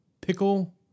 pickle